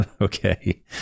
okay